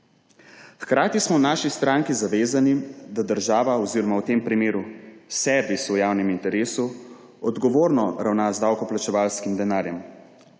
Hkrati smo v naši stranki zavezani, da država oziroma v tem primeru servis v javnem interesu odgovorno ravna z davkoplačevalskim denarjem.